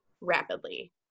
rapidly